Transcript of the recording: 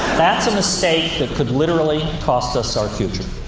that's a mistake that could literally cost us our future.